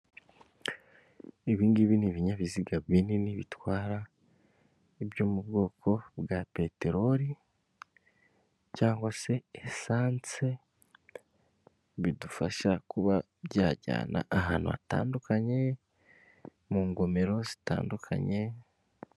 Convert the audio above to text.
Ibi ngibi ni ibinyabiziga binini, bitwara ibyo mu bwoko bwa peteroli, cyangwa se esanse, bidufasha kuba byajyana ahantu hatandukanye, mu ngomero zitandukanye.